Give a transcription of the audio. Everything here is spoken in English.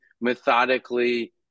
methodically